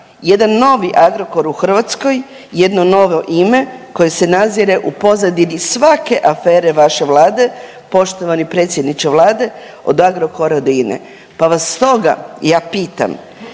jedan novi Agrokor u Hrvatskoj, jedno novo ime koje se nadzire u pozadini svake afere vaše vlade poštovani predsjedniče vlade od Agrokora do INE. Pa vas stoga ja pitam,